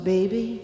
Baby